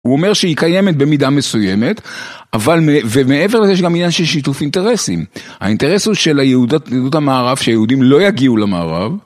הוא אומר שהיא קיימת במידה מסוימת, אבל, ומעבר לזה יש גם עניין של שיתוף אינטרסים. האינטרס הוא של יהודות המערב, שהיהודים לא יגיעו למערב.